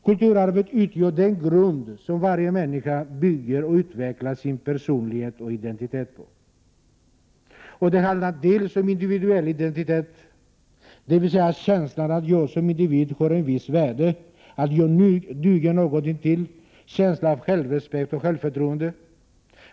Kulturarvet utgör den grund som varje människa bygger och utvecklar sin personlighet och identitet på. Det handlar om individuell identitet, dvs. känslan att jag som individ har ett visst värde, att jag duger något till, känslan av självrespekt och självförtroende.